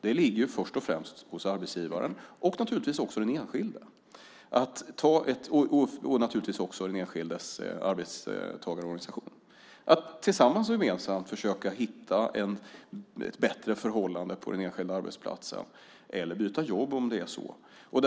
Det ligger först och främst på arbetsgivaren, naturligtvis den enskilde och den enskildes arbetstagarorganisation att tillsammans försöka hitta bättre förhållanden på den enskilda arbetsplatsen, eller så får man byta jobb.